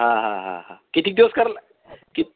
हां हां हां हां किती दिवस करायला किती